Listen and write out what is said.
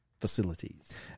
facilities